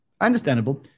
understandable